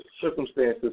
circumstances